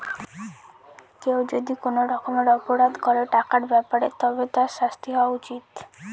কেউ যদি কোনো রকমের অপরাধ করে টাকার ব্যাপারে তবে তার শাস্তি হওয়া উচিত